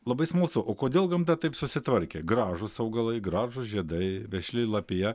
labai smalsu o kodėl gamta taip susitvarkė gražūs augalai gražūs žiedai vešli lapija